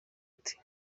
ati